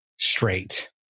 Straight